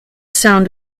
sound